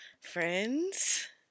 friends